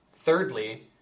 Thirdly